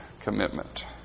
commitment